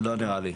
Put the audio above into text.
לא נראה לי.